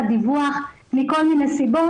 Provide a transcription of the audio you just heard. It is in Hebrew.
תת דיווח מכל מיני סיבות,